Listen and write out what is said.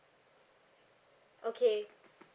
okay